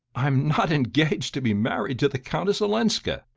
i'm not engaged to be married to the countess olenska!